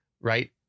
right